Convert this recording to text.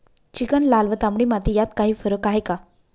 Chicken, लाल व तांबडी माती यात काही फरक आहे का?